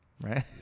right